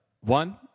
One